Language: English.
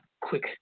quick